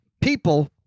people